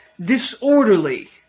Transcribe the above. disorderly